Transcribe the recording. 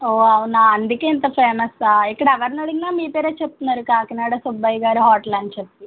ఓ అవునా అందుకే ఇంత ఫేమసా ఇక్కడ ఎవరిని అడిగినా మీ పేరు చెప్తున్నారు కాకినాడ సుబ్బయ్య గారి హోటల్ అని చెప్పి